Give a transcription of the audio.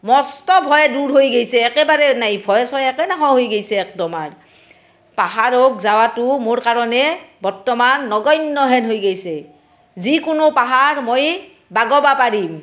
মস্ত ভয় দূৰ হৈ গৈছে একেবাৰে নাই ভয় চয় একে নহ হৈ গৈছে একদম আৰু পাহাৰক যোৱাতো মোৰ কাৰণে বৰ্তমান নগণ্য হেন হৈ গৈছে যিকোনো পাহাৰ মই বগাব পাৰিম